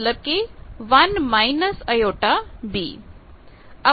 मतलब की 1− jB